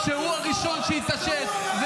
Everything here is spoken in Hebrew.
בכל אירוע טרור הוא בא צרח על השרים,